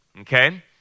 Okay